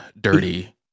dirty